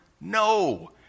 No